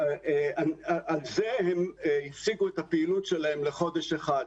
על זה הפסיקו את הפעילות שלהם לחודש אחד,